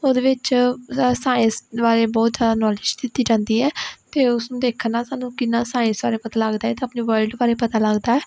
ਉਹਦੇ ਵਿੱਚ ਅ ਸਾਇੰਸ ਬਾਰੇ ਬਹੁਤ ਜ਼ਿਆਦਾ ਨੋਲੇਜ ਦਿੱਤੀ ਜਾਂਦੀ ਹੈ ਅਤੇ ਉਸ ਦੇਖਣਾ ਸਾਨੂੰ ਕਿੰਨਾ ਸਾਇੰਸ ਸਾਰੇ ਪਤਾ ਲੱਗਦਾ ਅਤੇ ਆਪਣੇ ਵਰਲਡ ਬਾਰੇ ਪਤਾ ਲੱਗਦਾ